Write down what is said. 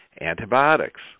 Antibiotics